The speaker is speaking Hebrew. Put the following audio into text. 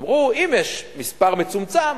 אמרו: אם יש מספר מצומצם,